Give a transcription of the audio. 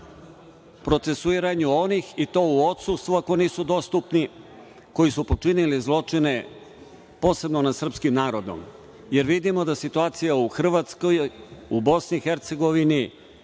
procesuiranju onih, i to u odsustvu ako nisu dostupni, koji su počinili zločine posebno nad srpskim narodom, jer vidimo da situacija u Hrvatskoj, u Bosni i Hercegovini